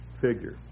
figure